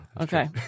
Okay